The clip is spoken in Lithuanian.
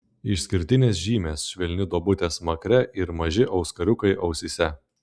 išskirtinės žymės švelni duobutė smakre ir maži auskariukai ausyse